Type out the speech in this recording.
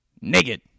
naked